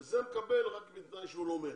וההוא מקבל רק בתנאי שהוא לומד.